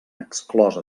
exclosa